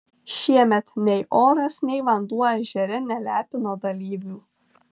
šiemet nei oras nei vanduo ežere nelepino dalyvių